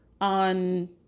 on